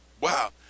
Wow